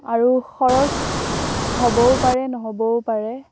আৰু খৰচ হবও পাৰে নহবও পাৰে